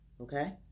Okay